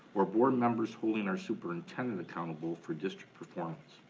or board members holding our superintendent accountable for district performance?